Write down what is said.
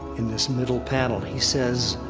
in this middle panel, he says,